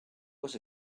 was